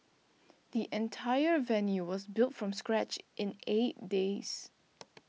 the entire venue was built from scratch in eight days